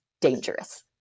dangerous